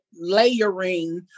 layering